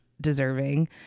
deserving